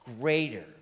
greater